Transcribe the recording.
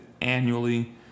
annually